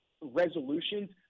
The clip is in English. resolutions